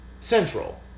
Central